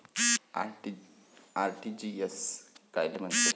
RTGS कायले म्हनते?